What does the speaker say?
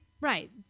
Right